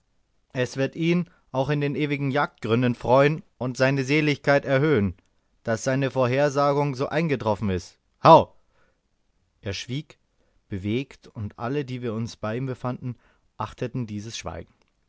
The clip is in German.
es wird ihn auch in den ewigen jagdgründen freuen und seine seligkeit erhöhen daß seine vorhersagung so eingetroffen ist howgh er schwieg bewegt und alle die wir uns bei ihm befanden achteten dieses schweigen